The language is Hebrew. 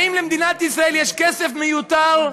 האם למדינת ישראל יש כסף מיותר?